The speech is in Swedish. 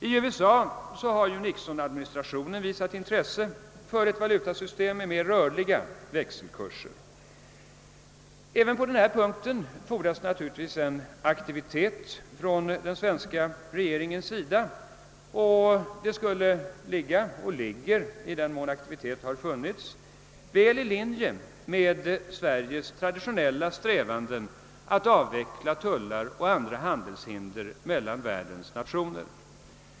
I USA har ju Nixonadministrationen visat intresse för ett system med mera rörliga växelkurser. Även på denna punkt fordras det naturligtvis en aktivitet från den svenska regeringens sida, och en sådan aktivitet skulle ligga eller ligger, i den mån aktivitet förekommit, väl i linje med Sveriges traditionella strävanden att avveckla tullar och andra handelshinder mellan världens nationer.